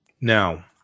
Now